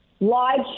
Live